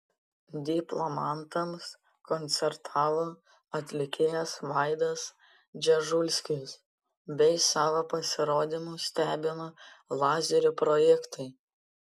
diplomantams koncertavo atlikėjas vaidas dzežulskis bei savo pasirodymu stebino lazerių projektai